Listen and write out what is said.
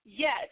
Yes